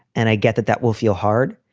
and i get that that will feel hard.